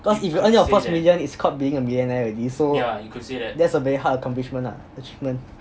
cause if you earn your first million it's called being a millionaire already so that's a very hard accomplishment ah accomplishment